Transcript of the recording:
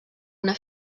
una